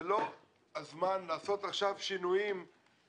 זה לא הזמן לעשות עכשיו שינויים.